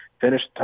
finished